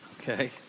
Okay